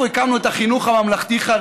אנחנו הקמנו את החינוך הממלכתי-חרדי,